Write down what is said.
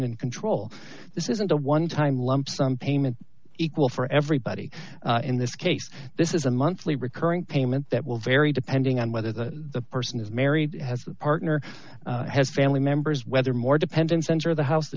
and control this isn't a one time lump sum payment equal for everybody in this case this is a monthly recurring payment that will vary depending on whether the person is married has a partner has family members whether more dependents enter the house the